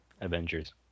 Avengers